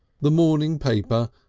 the morning paper,